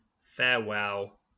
farewell